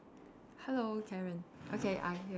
hello Karen okay I'm here